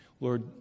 Lord